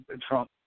Trump